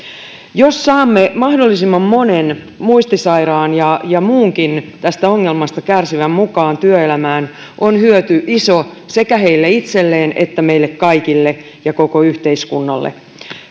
jos saamme mahdollisimman monen muistisairaan ja muunkin tästä ongelmasta kärsivän mukaan työelämään on hyöty iso sekä heille itselleen että meille kaikille ja koko yhteiskunnalle